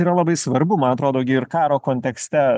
yra labai svarbu man atrodo gi ir karo kontekste